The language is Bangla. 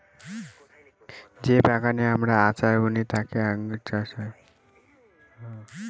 যে বাগানে আঙ্গুর চাষ হয় যাতে আমরা আচার বলি